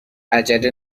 عجله